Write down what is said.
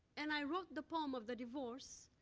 and i wrote the poem of the divorce,